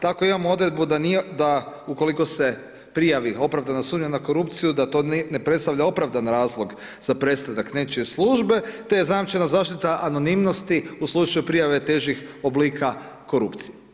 Tako imamo odredbu, da ukoliko se prijavi opravdana sumnja na korupciju, da to ne predstavlja opravdan razlog za prestanak nečije službe, te je zajamčena zaštita anonimnosti, u slučaju prijave težih oblika korupcije.